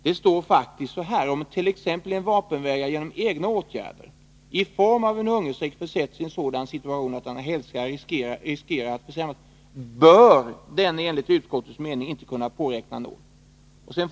Det står faktiskt så här: ”Om t.ex. en vapenvägrare genom egna åtgärder i form av hungerstrejk försätter sig i en sådan situation att hans hälsa riskerar att försämras, bör” — jag understryker: bör — ”denne enligt utskottets mening inte kunna påräkna nåd.